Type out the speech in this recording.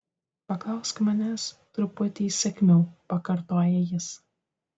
paklausk manęs truputį įsakmiau pakartoja jis